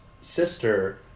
sister